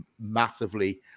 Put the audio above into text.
massively